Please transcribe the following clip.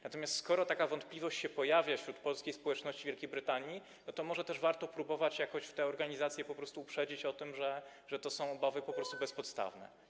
Natomiast skoro takie wątpliwości pojawiają się wśród polskiej społeczności w Wielkiej Brytanii, to może też warto próbować jakoś te organizacje po prostu uprzedzić o tym, że te obawy są po prostu bezpodstawne.